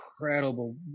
incredible